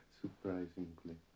surprisingly